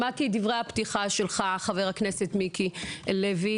שמעתי את דברי הפתיחה שלך, חבר הכנסת מיקי לוי.